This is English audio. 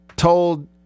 told